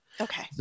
okay